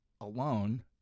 alone